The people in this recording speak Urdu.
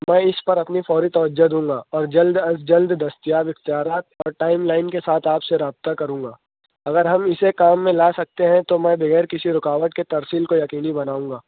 میں اس پر اپنی فوری توجہ دوں گا اور جلد از جلد دستیاب اختیارات اور ٹائم لائن کے ساتھ آپ سے رابطہ کروں گا اگر ہم اسے کام میں لا سکتے ہیں تو میں بغیر کسی رکاوٹ کے ترسیل کو یقینی بناؤں گا